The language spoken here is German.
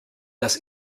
das